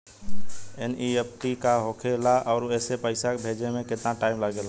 NEFT का होखे ला आउर एसे पैसा भेजे मे केतना टाइम लागेला?